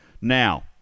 Now